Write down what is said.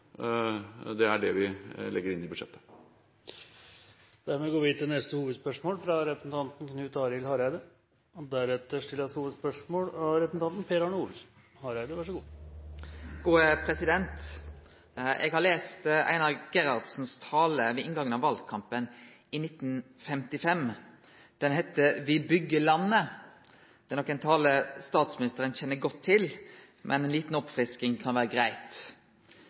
det er det vi legger inn i budsjettet. Da går vi til neste hovedspørsmål. Eg har lese Einar Gerhardsens tale som han heldt ved inngangen til valkampen i 1955. Den heiter «Vi bygger landet». Dette er nok ein tale statsministeren kjenner godt til, men ei lita oppfrisking kan vere